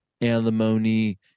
Alimony